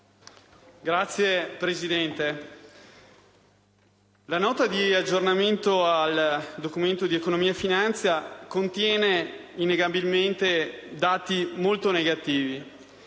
Signor Presidente, la Nota di aggiornamento del Documento di economia e finanza contiene innegabilmente dati molto negativi